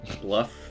bluff